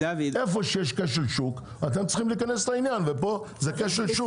איפה שיש כשל שוק אתם צריכים להיכנס לעניין ופה זה כשל שוק.